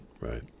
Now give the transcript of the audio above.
Right